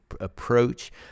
approach